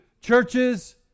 churches